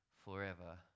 forever